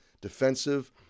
defensive